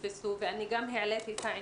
זה מה שאני שומעת לפחות מההורים.